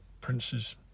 Princes